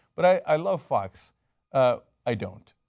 but i love fox ah i don't,